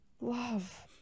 love